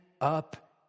up